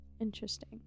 Interesting